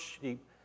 sheep